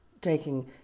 Taking